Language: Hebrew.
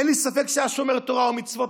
אין לי ספק שהיה שומר תורה ומצוות,